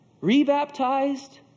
re-baptized